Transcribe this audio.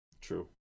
True